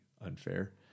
unfair